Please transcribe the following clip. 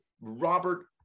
Robert